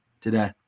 today